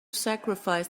sacrifice